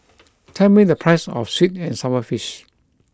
tell me the price of Sweet and Sour Fish